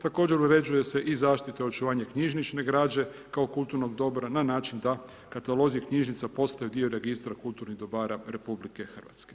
Također uređuje se i zaštita i očuvanje knjižnične građe kao kulturnog dobra na način da katalozi knjižnica postaju dio registra kulturnih dobara RH.